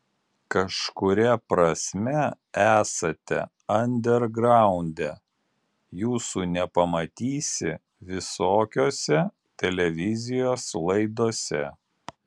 kažkuria prasme esate andergraunde jūsų nepamatysi visokiose televizijos laidose